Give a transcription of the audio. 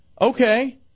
okay